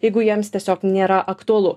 jeigu jiems tiesiog nėra aktualu